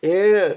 ഏഴ്